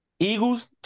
Eagles